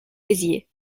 béziers